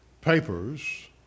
papers